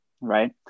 right